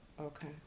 okay